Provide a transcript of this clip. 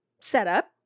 setup